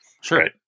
Sure